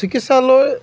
চিকিৎসালয়